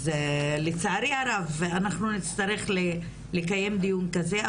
לצערי הרב, אנחנו נצטרך לקיים דיון כזה.